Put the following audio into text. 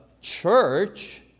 church